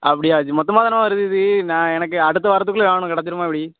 அப்படியா ஆச்சு மொத்தமாதானே வருது இது நான் எனக்கு அடுத்த வாரத்துக்குள்ளே வேணும் கிடச்சிடுமா எப்படி